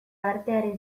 artearen